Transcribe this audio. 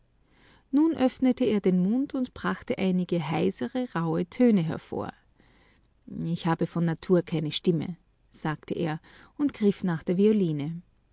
nun öffnete er den mund und brachte einige heisere rauhe töne hervor ich habe von natur keine stimme sagte er und griff nach der violine